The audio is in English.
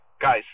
guys